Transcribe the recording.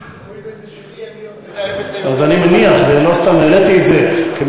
הואיל וזה שלי, אני עוד מתעב את זה יותר, לא כולם.